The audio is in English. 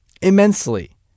Immensely